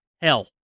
hell